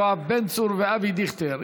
יואב בן צור ואבי דיכטר.